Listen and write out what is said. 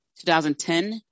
2010